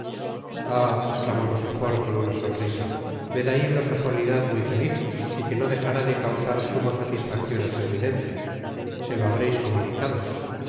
ah esclamó rochefort con una sonrisa ved ahi una casualidad muy feliz y que no dejará de causar suma satisfaccion á su eminencia se lo habreis comunicado